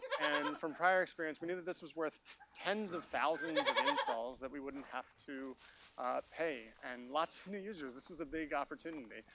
and from prior experience, we knew that was worth tens of thousands of installs that we wouldn't have to pay and lots of new users. this was a big opportunity.